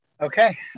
Okay